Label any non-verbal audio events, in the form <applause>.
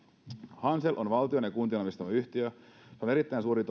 hansel on valtion ja kuntien omistama yhtiö joka on erittäin suuri <unintelligible>